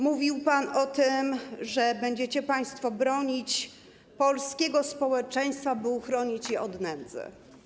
Mówił pan o tym, że będziecie państwo bronić polskiego społeczeństwa, chronić je przed nędzą.